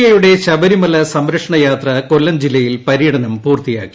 A യുടെ ശബരിമല സംരക്ഷണ യാത്ര കൊല്ലം ജില്ലയിൽ പര്യടനം പൂർത്തിയാക്കി